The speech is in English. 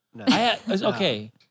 Okay